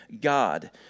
God